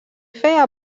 feia